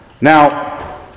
Now